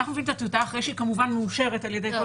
אנחנו מביאים את הטיוטה אחרי שהיא כמובן מאושרת על ידי כל